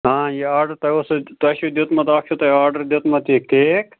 یہِ آرڈَر تۄہہِ اوسوٕ تۄہہِ چھُ دیُتمُت اَکھ چھُ تۄہہِ آرڈَر دیُتمُت یہِ کیک